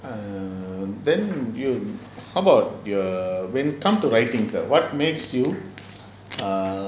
err then you how about err when it comes to writings ah what makes you err